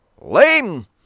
Lame